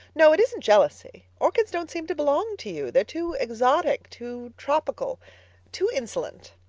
no it isn't jealousy. orchids don't seem to belong to you. they're too exotic too tropical too insolent.